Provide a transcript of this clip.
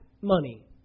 money